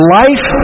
life